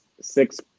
six